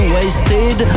Wasted